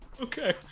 okay